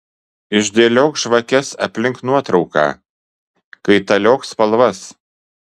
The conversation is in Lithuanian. išdėliok žvakes aplink nuotrauką kaitaliok spalvas